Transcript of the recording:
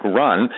run